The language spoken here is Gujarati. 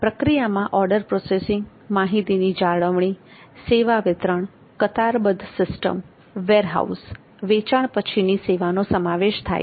પ્રક્રિયામાં ઓર્ડર પ્રોસેસિંગ માહિતીની જાળવણી સેવા વિતરણ કતારબદ્ધ સિસ્ટમ વેરહાઉસ વેચાણ પછીની સેવાનો સમાવેશ થાય છે